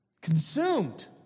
consumed